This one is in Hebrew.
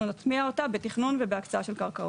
נטמיע אותה בתכון ובהקצאה של קרקעות.